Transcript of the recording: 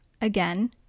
Again